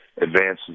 advances